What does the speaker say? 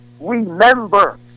remember